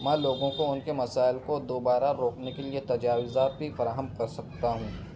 میں لوگوں کو ان کے مسائل کو دوبارہ روکنے کے لیے تجاویزات بھی فراہم کر سکتا ہوں